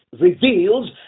reveals